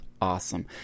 awesome